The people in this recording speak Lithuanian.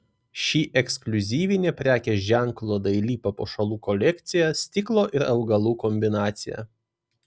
ši ekskliuzyvinė prekės ženklo daili papuošalų kolekcija stiklo ir augalų kombinacija